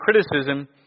criticism